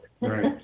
Right